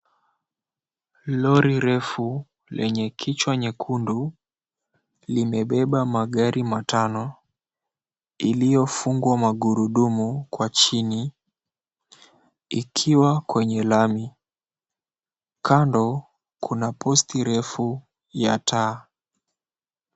Lori refu lenye kichwa nyekundu limebeba magari matano, iliyofungwa magurudumu kwa chini ikiwa kwenye lami. Kando kuna post refu ya taa.